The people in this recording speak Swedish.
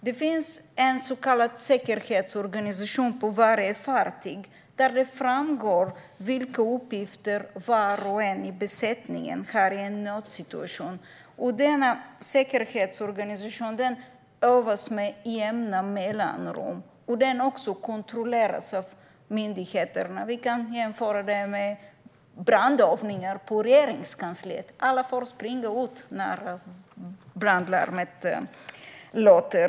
Det finns en så kallad säkerhetsorganisation på varje fartyg där det framgår vilka uppgifter var och en i besättningen har i en nödsituation. Denna säkerhetsorganisation övas med jämna mellanrum. Den kontrolleras också av myndigheterna. Vi kan jämföra det med brandövningar på Regeringskansliet. Alla får springa ut när brandlarmet låter.